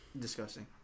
Disgusting